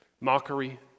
mockery